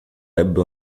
ebbe